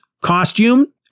costume